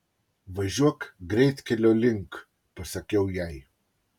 važiuok greitkelio link pasakiau jai